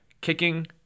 kicking